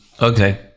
Okay